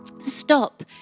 Stop